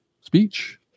speech